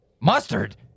Mustard